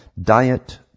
Diet